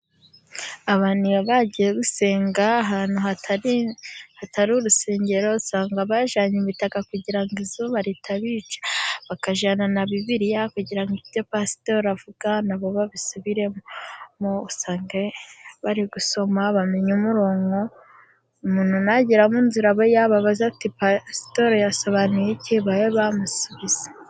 Ababtu iyo bagiye gusenga ahantu hatari urusengero, usanga bajyanye imitaka kugira ngo izuba ritabica, bakajyana na Bibiliya kugira ngo ibyo pasitori avuga nabo babisubiremo, noneho usange bari gusoma, bamenye umurongo, umuntu nagera mu nzira abe yababaza ati" Pastor yasobanuye iki? " Babe bamusubiza.